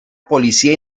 policía